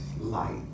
light